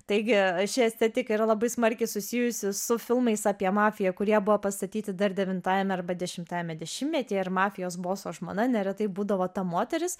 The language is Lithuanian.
taigi ši estetika yra labai smarkiai susijusi su filmais apie mafiją kurie buvo pastatyti dar devintajame arba dešimtajame dešimtmetyje ir mafijos boso žmona neretai būdavo ta moteris